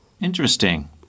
Interesting